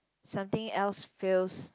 something else feel